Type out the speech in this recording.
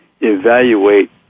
evaluate